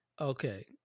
Okay